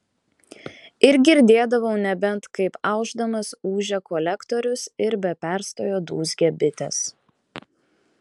ir girdėdavau nebent kaip aušdamas ūžia kolektorius ir be perstojo dūzgia bitės